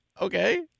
okay